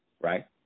right